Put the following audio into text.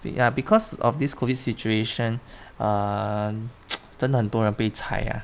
ya because of this COVID situation err 真的很多人被裁呀